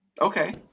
Okay